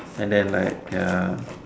and then like ya